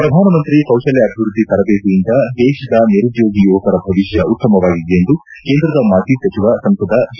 ಪ್ರಧಾನ ಮಂತ್ರಿ ಕೌಶಲ್ತ ಅಭಿವೃದ್ದಿ ತರಬೇತಿಯಿಂದ ದೇಶದ ನಿರುದ್ದೋಗಿ ಯುವಕರ ಭವಿಷ್ಣ ಉತ್ತಮವಾಗಿದೆ ಎಂದು ಕೇಂದ್ರದ ಮಾಜಿ ಸಚಿವ ಸಂಸದ ಜಿ